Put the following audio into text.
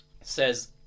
says